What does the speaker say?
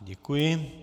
Děkuji.